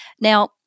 Now